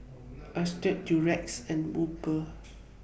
Durex and Uber